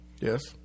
Yes